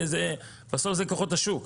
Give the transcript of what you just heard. בסוף זה כוחות השוק.